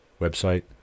website